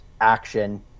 action